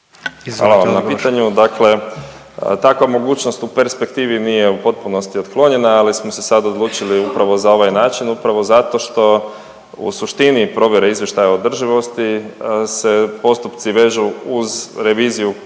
vam na pitanju. Dakle, takva mogućnost u perspektivi nije u potpunosti otklonjena, ali smo se sad odlučili upravo za ovaj način upravo zato što u suštini provjere izvještaja održivosti se postupci vežu uz reviziju